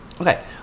Okay